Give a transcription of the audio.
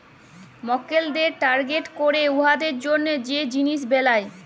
মক্কেলদের টার্গেট ক্যইরে উয়াদের জ্যনহে যে জিলিস বেলায়